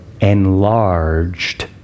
Enlarged